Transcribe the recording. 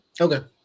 Okay